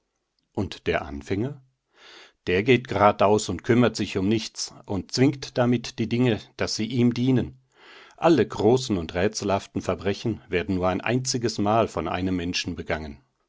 und der anfänger der geht gerad aus und kümmert sich um nichts und zwingt damit die dinge daß sie ihm dienen alle großen und rätselhaften verbrechen werden nur ein einziges mal von einem menschen begangen